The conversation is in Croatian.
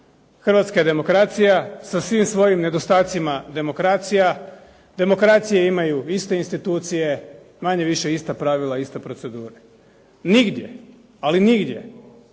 Hrvatska je demokracija sa svim svojim nedostacima demokracija. Demokracije imaju iste institucije manje više ista pravila, ista procedura. Nigdje ali nigdje